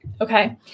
Okay